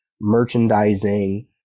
merchandising